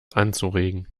anzuregen